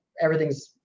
everything's